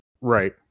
Right